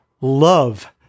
love